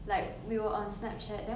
um unglam lah